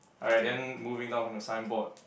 alright then moving down from the signboard